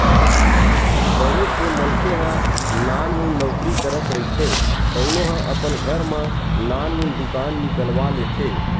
बहुत से मनखे ह नानमुन नउकरी करत रहिथे तउनो ह अपन घर म नानमुन दुकान निकलवा लेथे